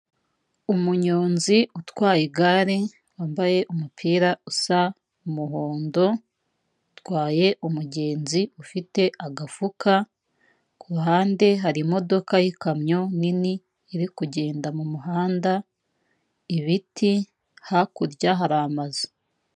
Umunyonzi utwaye igare, wambaye umupira usa umuhondo, atwaye umugenzi ufite agafuka, kuruhande hari imodoka yikamyo nini iri kugenda mu muhanda, ibiti, hakurya hari amazu.